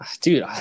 Dude